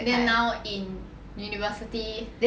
then now in university then a engineering you say you can then yeah